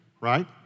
right